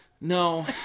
No